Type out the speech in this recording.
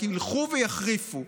רק ילכו ויחריפו,